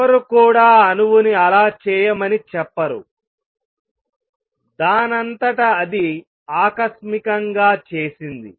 ఎవరు కూడా అణువును అలా చేయమని చెప్పరు దానంతట అది ఆకస్మికంగా చేసింది